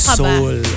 soul